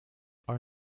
are